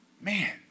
man